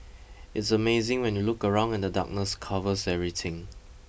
it's amazing when you look around and the darkness covers everything